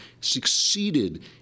succeeded